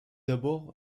d’abord